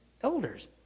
elders